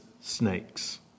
snakes